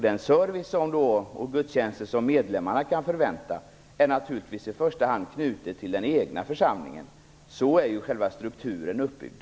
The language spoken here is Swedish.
Den service och de gudstjänster som medlemmarna kan förvänta sig är naturligtvis i första hand knuten till den egna församlingen. Så är ju själva strukturen uppbyggd.